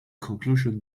conclusion